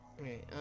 Okay